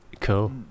Cool